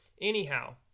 anyhow